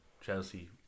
Chelsea